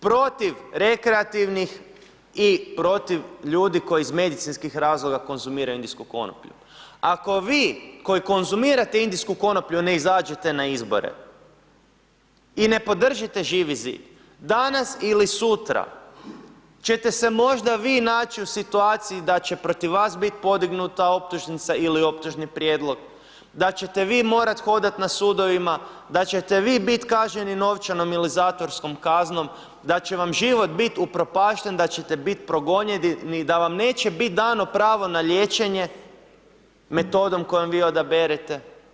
Protiv rekreativnih i protiv ljudi koji iz medicinskih razloga konzumiraju indijsku konoplju, ako vi koji konzumirate indijsku konoplju ne izađete na izbore i ne podržite Živi zid, danas ili sutra ćete se možda vi naći u situaciji da će protiv vas podignuta optužnica ili optužni prijedlog, da ćete vi morat hodat na sudovima, da ćete vi bit kažnjeni novčanom ili zatvorskom kaznom, da će vam život bit upropašten, da ćete bit progonjeni i da vam neće biti dano pravo na liječenje metodom kojom vi odaberete.